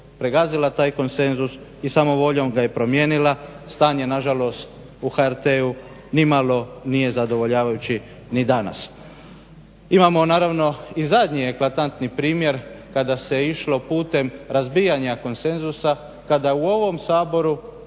pregazila je taj konsenzus i samovoljom ga je promijenila. Stanje nažalost u HRT-u nimalo nije zadovoljavajuće ni danas. Imamo naravno i zadnji eklatantni primjer kada se išlo putem razbijanja konsenzusa kada u ovom Saboru